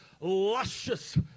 luscious